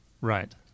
right